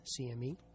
CME